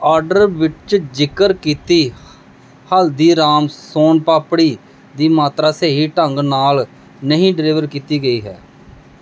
order ਵਿੱਚ ਜ਼ਿਕਰ ਕੀਤੀ ਹਲਦੀਰਾਮਸ ਸੋਨ ਪਾਪੜੀ ਦੀ ਮਾਤਰਾ ਸਹੀ ਢੰਗ ਨਾਲ ਨਹੀਂ ਡਿਲੀਵਰ ਕੀਤੀ ਗਈ ਹੈ